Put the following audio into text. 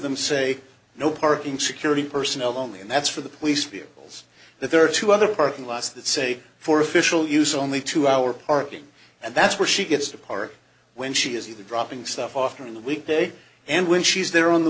them say no parking security personnel only and that's for the police vehicles that there are two other parking lots that say for official use only to our parking and that's where she gets to park when she is either dropping stuff off or in the weekday and when she's there on the